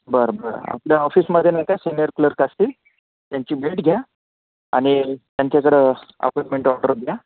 बरं बरं आपल्या ऑफिसमध्ये नाही का सिनियर क्लर्क असतील त्यांची भेट घ्या आणि त्यांच्याकडं अपॉइंटमेंट ऑर्डर घ्या